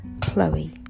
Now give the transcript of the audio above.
Chloe